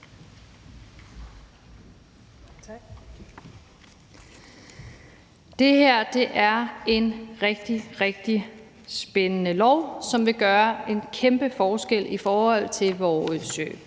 Det her er et rigtig, rigtig spændende lovforslag, som vil gøre en kæmpe forskel i forhold til vores